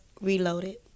Reloaded